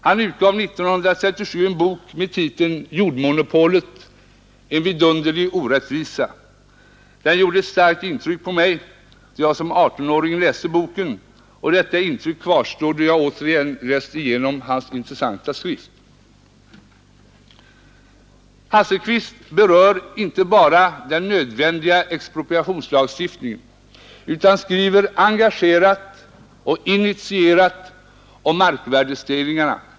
Han utgav år 1937 en bok med titeln ”Jordmonopolet en vidunderlig orättvisa”. Den gjorde ett starkt intryck på mig, då jag som 18-åring läste boken, och detta intryck kvarstår då jag nu återigen läst igenom hans intressanta skrift. Hasselquist berör inte bara den nödvändiga expropriationslagstiftningen utan skriver engagerat och initierat om markvärdestegringsproblemen.